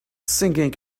singing